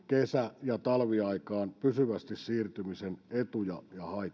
kesä ja talviaikaan pysyvästi siirtymisen etuja ja haittoja